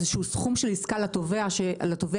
איזה שהוא סכום של עסקה לתובע הייצוגי,